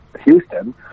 Houston